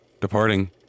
departing